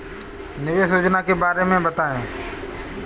निवेश योजना के बारे में बताएँ?